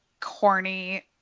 corny